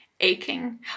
aching